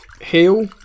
heal